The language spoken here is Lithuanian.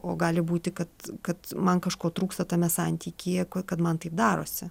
o gali būti kad kad man kažko trūksta tame santykyje kad man taip darosi